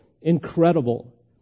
incredible